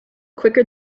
quicker